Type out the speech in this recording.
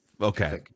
Okay